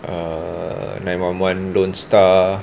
err nine one one lone star